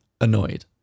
annoyed